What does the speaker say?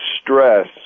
stress